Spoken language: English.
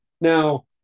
Now